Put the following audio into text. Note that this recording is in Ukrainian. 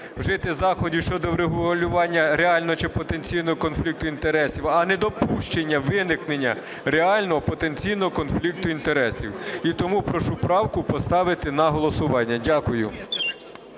вжити заходів щодо врегулювання реального чи потенційного конфлікту інтересів, а недопущення, виникнення реального потенційного конфлікту інтересів. І тому прошу правку поставити на голосування. Дякую.